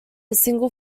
single